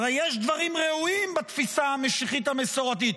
הרי יש דברים ראויים בתפיסה המשיחית המסורתית,